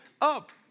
up